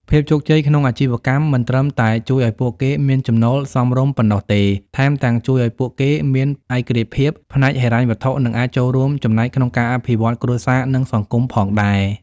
ភាពជោគជ័យក្នុងអាជីវកម្មមិនត្រឹមតែជួយឱ្យពួកគេមានចំណូលសមរម្យប៉ុណ្ណោះទេ ថែមទាំងជួយឱ្យពួកគេមានឯករាជ្យភាពផ្នែកហិរញ្ញវត្ថុ និងអាចចូលរួមចំណែកក្នុងការអភិវឌ្ឍគ្រួសារ និងសង្គមផងដែរ។